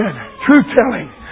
truth-telling